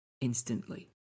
instantly